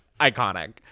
iconic